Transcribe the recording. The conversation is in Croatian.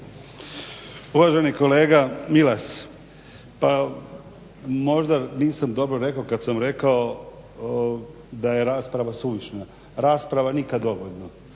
Uvaženi kolega Milas, pa možda nisam dobro rekao kad sam rekao da je rasprava suvišna. Rasprava nikad dovoljno,